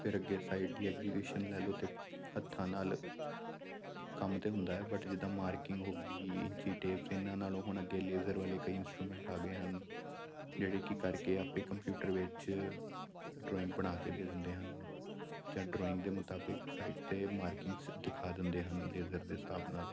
ਫਿਰ ਅੱਗੇ ਸਾਈਡ ਦੀ ਐਗਜੀਬਿਸ਼ਨ ਲੈ ਲਓ ਅਤੇ ਹੱਥਾਂ ਨਾਲ ਕੰਮ ਤਾਂ ਹੁੰਦਾ ਬਟ ਜਿੱਦਾਂ ਮਾਰਕਿੰਗ ਹੋ ਗਈ ਇੰਚੀਟੇਪਸ ਇਹਨਾਂ ਨਾਲੋਂ ਹੁਣ ਅੱਗੇ ਲੇਜ਼ਰ ਵਾਲੇ ਕਈ ਇੰਸਟੂਮੈਂਟ ਆ ਗਏ ਹਨ ਜਿਹੜੇ ਕਿ ਕਰਕੇ ਆਪੇ ਕੰਪਿਊਟਰ ਵਿੱਚ ਡਰੋਇੰਗ ਬਣਾ ਕੇ ਦੇ ਦਿੰਦੇ ਹਨ ਜਾਂ ਡਰੋਇੰਗ ਦੇ ਮੁਤਾਬਿਕ ਸਾਈਡ 'ਤੇ ਮਾਰਕਿੰਗ ਸ ਦਿਖਾ ਦਿੰਦੇ ਹਨ ਲੇਜਰ ਦੇ ਹਿਸਾਬ ਨਾਲ